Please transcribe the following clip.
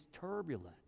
turbulent